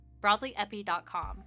BroadlyEpi.com